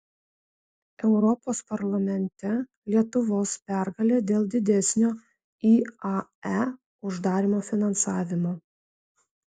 europos parlamente lietuvos pergalė dėl didesnio iae uždarymo finansavimo